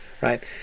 right